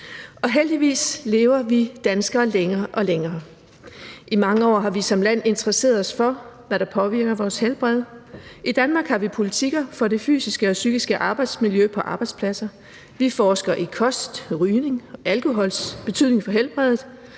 Heldigvis lever vi danskere længere og længere. I mange år har vi som land interesseret os for, hvad der påvirker vores helbred. I Danmark har vi politikker for det fysiske og psykiske arbejdsmiljø på arbejdspladsen. Vi forsker i kost, rygning og alkohols betydning for helbredet.